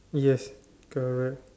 yes correct